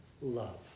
Love